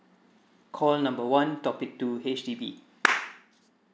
caller number one topic two H_D_B